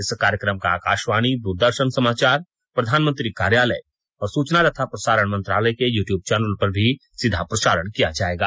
इस कार्यक्रम का आकाशवाणी दूरदर्शन समाचार प्रधानमंत्री कार्यालय और सूचना तथा प्रसारण मंत्रालय के यूट्यूब चैनलों पर भी सीधा प्रसारण किया जाएगा